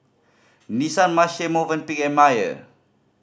Nissan Marche Movenpick Mayer